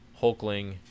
Hulkling